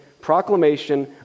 proclamation